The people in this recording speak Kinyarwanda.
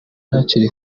hakiri